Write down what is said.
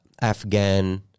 Afghan